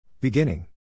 Beginning